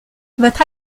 votre